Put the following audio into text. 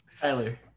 Tyler